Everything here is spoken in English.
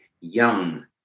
young